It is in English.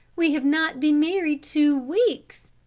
we have not been married two weeks.